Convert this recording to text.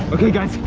okay guys,